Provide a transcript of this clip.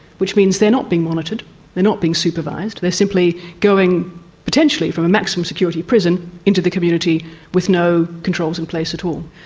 which means they are not being monitored, they are not being supervised, they are simply going potentially from a maximum security prison into the community with no controls in place at all.